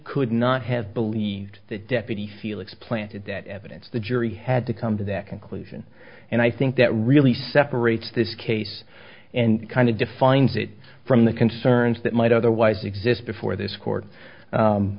could not have believed that deputy felix planted that evidence the jury had to come to that conclusion and i think that really separates this case and kind of defines it from the concerns that might otherwise exist before this court